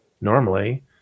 normally